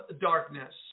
darkness